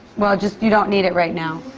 well, just you don't need it right now.